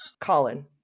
Colin